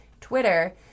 Twitter